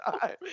time